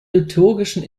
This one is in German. liturgischen